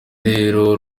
rero